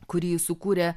kurį sukūrė